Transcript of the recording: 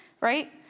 right